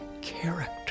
character